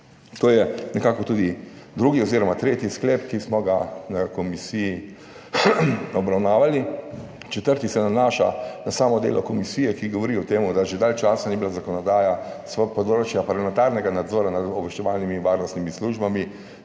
To je nekako tudi drugi oziroma tretji sklep, ki smo ga na komisiji obravnavali. Četrti se nanaša na samo delo komisije, ki govori o tem, da že dalj časa ni bila zakonodaja s področja parlamentarnega nadzora nad obveščevalnimi in varnostnimi službami